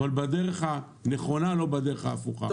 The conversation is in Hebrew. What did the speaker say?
אבל לעשות את זה בדרך הנכונה, לא בדרך ההפוכה.